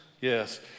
Yes